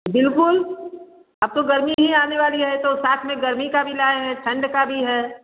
बिल्कुल अब तो गर्मी भी आने वाली है तो साथ में गर्मी का भी लाए हैं ठंड का भी है